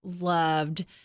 loved